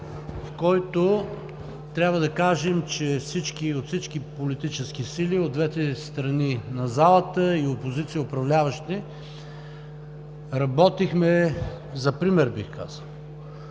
за който трябва да кажем, че от всички политически сили от двете страни на залата – и опозиция, и управляващи, работихме за пример, бих казал.